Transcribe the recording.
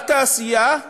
בתעשייה,